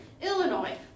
Illinois